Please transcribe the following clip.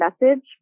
message